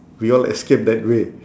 we all escape that way